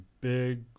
big